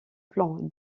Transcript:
plan